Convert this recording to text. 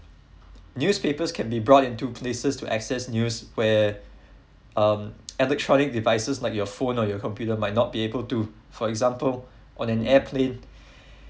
newspapers can be brought into places to access news where um electronic devices like your phone or your computer might not be able to for example on an airplane